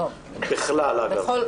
בכלל אגב,